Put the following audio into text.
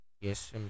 Yes